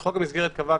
חוק המסגרת קבע,